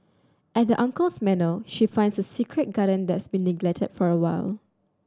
at uncle's manor she finds a secret garden that's been neglected for a while